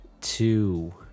two